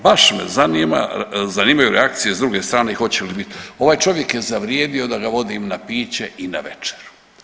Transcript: Baš me zanimaju reakcije s druge strane hoće li biti, ovaj čovjek je zavrijedio da ga vodim na piće i na večeru.